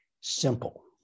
simple